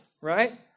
right